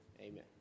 amen